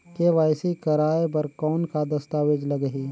KYC कराय बर कौन का दस्तावेज लगही?